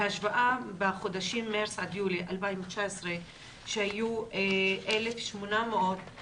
בהשוואה בחודשים מארס-יולי 2019 שהיו 1,857